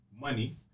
money